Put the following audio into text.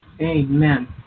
Amen